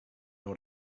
know